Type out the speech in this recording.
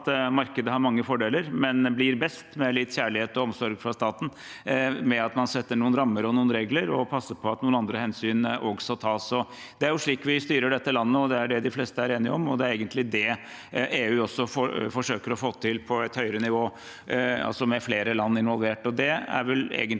Det er jo slik vi styrer dette landet, og det er det de fleste er enige om. Det er egentlig det EU også forsøker å få til på et høyere nivå, altså med flere land involvert.